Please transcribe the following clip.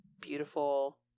beautiful